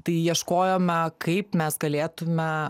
tai ieškojome kaip mes galėtume